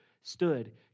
stood